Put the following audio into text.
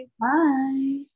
bye